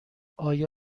آیا